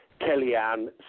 Kellyanne